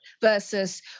versus